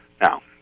Now